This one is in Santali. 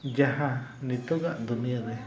ᱡᱟᱦᱟᱸ ᱱᱤᱛᱳᱜᱟᱜ ᱫᱩᱱᱤᱭᱟᱹᱨᱮ